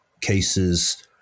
cases